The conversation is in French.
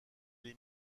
les